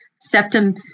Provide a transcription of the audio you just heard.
septum